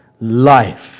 life